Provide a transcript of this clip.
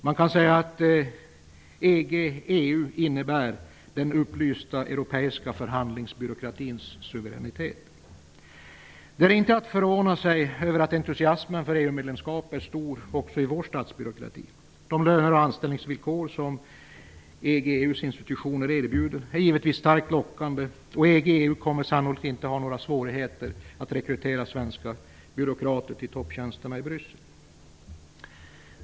Man kan säga att EG EU:s institutioner erbjuder är givetvis starkt lockande. EG/EU kommer sannolikt inte att ha några svårigheter att rekrytera svenska byråkrater till topptjänsterna i Bryssel.